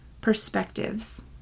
perspectives